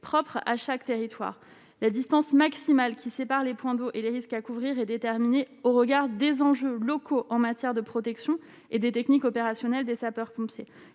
propres à chaque territoire la distance maximale qui sépare les points d'eau et les risques à couvrir et déterminée au regard des enjeux locaux en matière de protection et des techniques opérationnel des sapeurs-pompiers